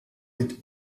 with